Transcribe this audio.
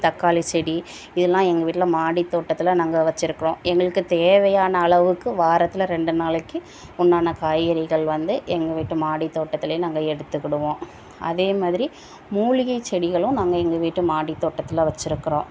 தக்காளி செடி இதெலாம் எங்கள் வீட்டில் மாடித் தோட்டத்தில் நாங்கள் வச்சிருக்கோம் எங்களுக்கு தேவையான அளவுக்கு வாரத்தில் ரெண்டு நாளைக்கு உண்டான காய்கறிகள் வந்து எங்கள் வீட்டு மாடித்தோட்டத்தில் நாங்கள் எடுத்துக்கிடுவோம் அதே மாதிரி மூலிகைச் செடிகளும் நாங்கள் எங்கள் வீட்டு மாடித் தோட்டத்தில் வச்சிருக்கிறோம்